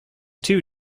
too